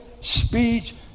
speech